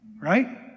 right